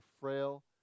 frail